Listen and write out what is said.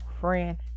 friend